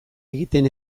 egiten